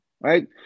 right